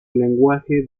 lenguaje